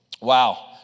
Wow